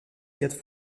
quatre